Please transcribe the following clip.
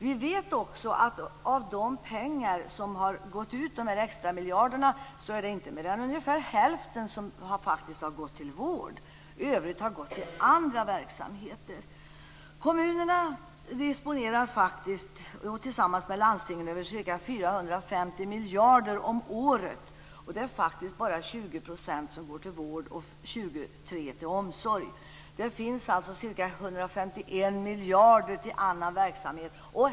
Av de extramiljarder som har betalats ut är det inte mer än ungefär hälften som har gått till vård. Resterande miljarder har gått till andra verksamheter. Kommunerna disponerar tillsammans med landstingen ca 450 miljarder om året, varav bara 20 % går till vård och 23 % till omsorg. Det finns alltså ca 151 miljarder till annan verksamhet.